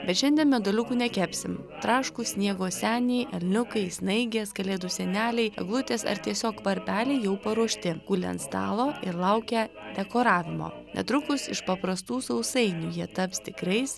bet šiandien meduoliukų nekepsim traškūs sniego seniai elniukai snaigės kalėdų seneliai eglutės ar tiesiog varpeliai jau paruošti guli ant stalo ir laukia dekoravimo netrukus iš paprastų sausainių jie taps tikrais